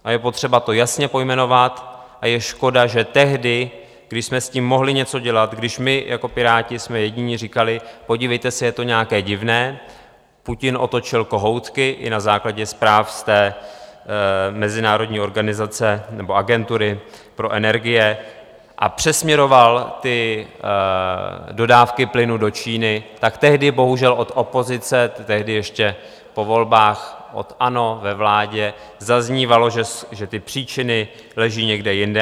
A je potřeba to jasně pojmenovat a je škoda, že tehdy, když jsme s tím mohli něco dělat, když my jako Piráti jsme jediní říkali, podívejte se, je to nějaké divné, Putin otočil kohoutky, i na základě zpráv z té mezinárodní organizace, nebo agentury pro energie, a přesměroval ty dodávky plynu do Číny, tak tehdy bohužel od opozice, tehdy ještě po volbách od ANO ve vládě, zaznívalo, že ty příčiny leží někde jinde.